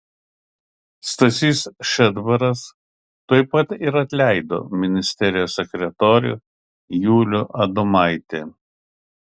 stasys šedbaras tuoj pat ir atleido ministerijos sekretorių julių adomaitį